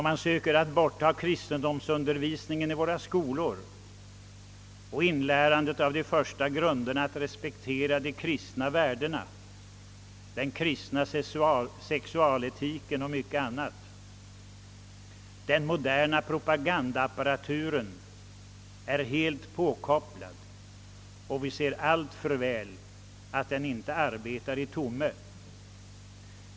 Man söker i våra skolor ta bort kristendomsundervisningen och därmed inlärandet av de första grunderna när det gäller respekten för de kristna värdena, den kristna sexualetiken och mycket annat. Den moderna propagandaapparaturen är helt påkopplad, och vi ser alltför väl att den inte arbetar i tommo.